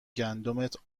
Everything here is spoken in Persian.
گندمت